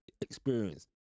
experience